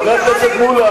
חבר הכנסת מולה,